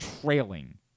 trailing